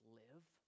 live